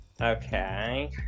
Okay